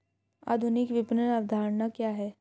आधुनिक विपणन अवधारणा क्या है?